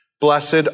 Blessed